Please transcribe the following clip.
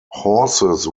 horses